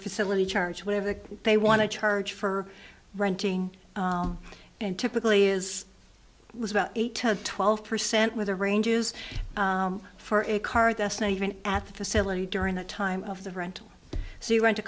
facility charge whatever they want to charge for renting and typically is was about eight to twelve percent with a range use for a car that's not even at the facility during the time of the rental so you rent